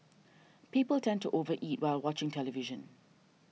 people tend to over eat while watching television